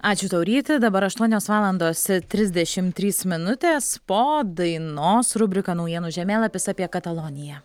ačiū tau ryti dabar aštuonios valandos trisdešim trys minutės po dainos rubrika naujienų žemėlapis apie kataloniją